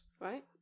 right